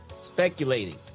Speculating